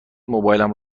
موبایلم